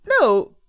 No